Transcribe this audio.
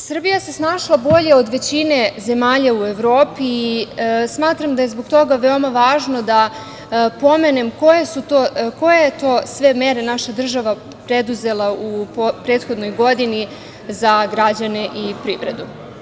Srbija se snašla bolje od većine zemalja u Evropi i smatram da je zbog toga veoma važno da pomenem koje to sve mere je naša država preduzela u prethodnoj godini za građane i privredu.